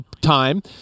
time